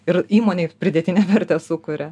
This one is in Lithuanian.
ir įmonei pridėtinę vertę sukuria